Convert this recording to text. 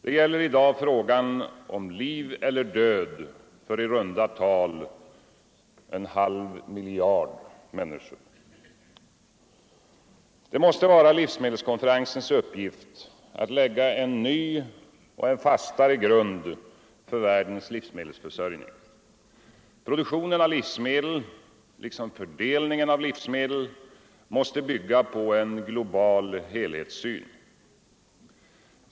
Det gäller i dag frågan om liv eller död för i runda tal en halv miljard människor. Det måste vara livsmedelskonferensens uppgift att lägga en ny och fastare grund för världens livsmedelsförsörjning. Produktionen av livsmedel och fördelningen av livsmedel måste bygga på en global helhetssyn.